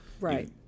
Right